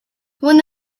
one